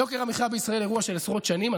יוקר המחיה בישראל הוא אירוע של עשרות שנים.